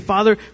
Father